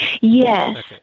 yes